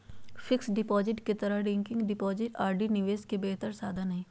fixed deposit के तरह recurring deposit RD निवेश के बेहतर साधन हइ